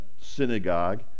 synagogue